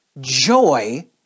joy